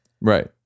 Right